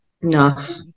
enough